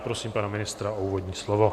Prosím pana ministra o úvodní slovo.